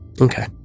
Okay